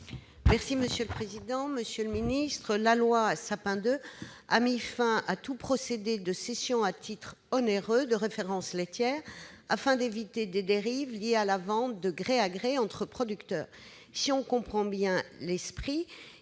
parole est à Mme Françoise Gatel. La loi Sapin II a mis fin à tout procédé de cession à titre onéreux de référence laitière, afin d'éviter des dérives liées à la vente de gré à gré entre producteurs. Si on en comprend bien l'esprit,